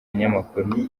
binyamakuru